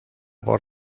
por